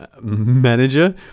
manager